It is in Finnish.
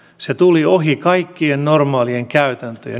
se tuli ohi kaikkien normaalien käytäntöjen